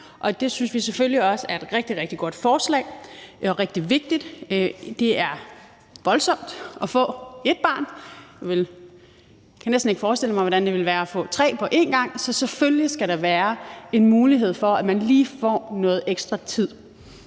det synes vi selvfølgelig også er et rigtig, rigtig godt forslag og rigtig vigtigt. Det er voldsomt at få ét barn; jeg kan næsten ikke forestille mig, hvordan det ville være at få tre på én gang, så selvfølgelig skal der være en mulighed for, at man lige får noget ekstra tid.